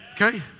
Okay